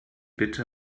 bitte